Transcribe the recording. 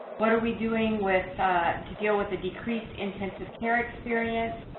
what are we doing with to deal with the decreased intensive care experience,